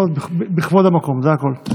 בכבוד המקום, זה הכול.